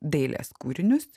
dailės kūrinius